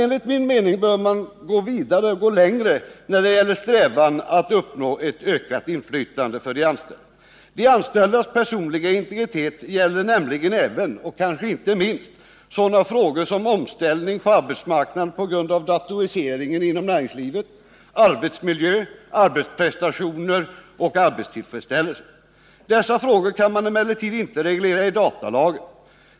Enligt min mening bör man emellertid gå längre när det gäller strävan att uppnå ett ökat inflytande för de anställda. De anställdas personliga integritet gäller nämligen även — och kanske inte minst — sådana frågor som omställning på arbetsmarknaden på grund av datoriseringen inom näringslivet, arbetsmiljö, arbetsprestationer och arbetstillfredsställelse. Dessa frågor kan man emellertid inte reglera i datalagen.